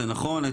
זה נכון,